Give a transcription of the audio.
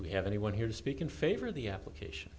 we have anyone here to speak in favor of the application